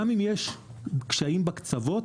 גם אם יש קשיים בקצוות,